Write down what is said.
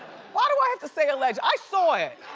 why do i have to say allege? i saw it.